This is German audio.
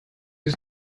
ist